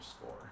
score